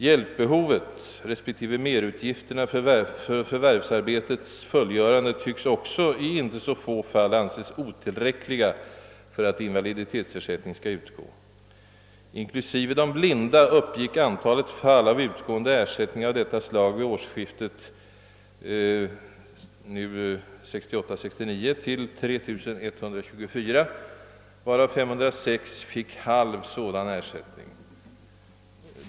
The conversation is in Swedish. Hjälpbehovet respektive merutgifterna för förvärvsarbetets fullgörande tycks också i inte så få fall anses otillräckliga för att invaliditetsersättning skall utgå. Inklusive de blinda uppgick antalet fall av utgående ersättning av detta slag vid årsskiftet 1968-—1969 till 3 124, varav 506 fick halv sådan ersättning.